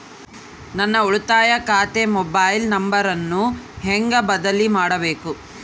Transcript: ನನ್ನ ಉಳಿತಾಯ ಖಾತೆ ಮೊಬೈಲ್ ನಂಬರನ್ನು ಹೆಂಗ ಬದಲಿ ಮಾಡಬೇಕು?